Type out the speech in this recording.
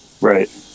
Right